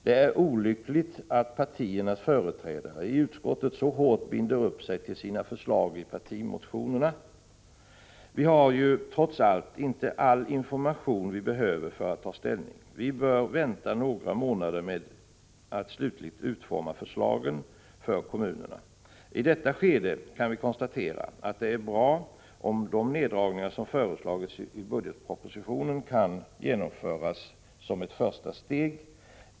Det är olyckligt att partiernas företrädare i utskottet så hårt binder upp sig till sina förslag i partimotionerna. Vi har ju trots allt inte all information vi behöver för att ta ställning. Vi bör vänta några månader med att slutgiltigt utforma förslagen för kommunerna. I detta skede kan vi konstatera att det är bra om de neddragningar som föreslås i budgetpropositionen kan genomföras som ett första steg.